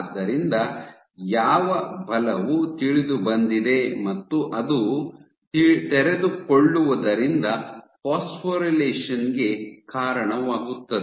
ಆದ್ದರಿಂದ ಯಾವ ಬಲವು ತಿಳಿದುಬಂದಿದೆ ಮತ್ತು ಅದು ತೆರೆದುಕೊಳ್ಳುವುದರಿಂದ ಫಾಸ್ಫೊರಿಲೇಷನ್ಗೆ ಕಾರಣವಾಗುತ್ತದೆ